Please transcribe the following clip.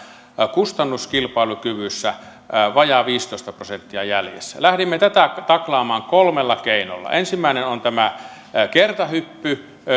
kustannuskilpailukyvyssä vajaa viisitoista prosenttia jäljessä lähdimme tätä taklaamaan kolmella keinolla ensimmäinen on kertahyppy